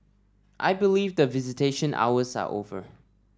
I believe the visitation hours are over